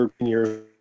years